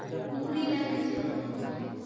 कूकरी ला कइसे पोसबो?